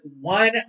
one